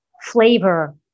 flavor